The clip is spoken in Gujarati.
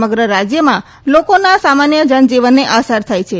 સમગ્ર રાજ્યમાં લોકોના સામાન્ય જનજીવનને અસર થઈ છે